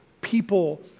people